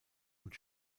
und